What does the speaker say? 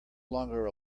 longer